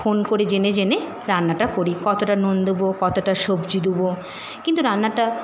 phone করে জেনে জেনে রান্নাটা করি কতটা নুন দোবো কতটা সবজি দোবো কিন্তু রান্নাটা